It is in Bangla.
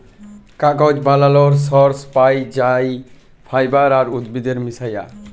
কাগজ বালালর সর্স পাই যাই ফাইবার আর উদ্ভিদের মিশায়া